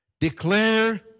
Declare